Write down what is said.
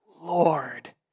Lord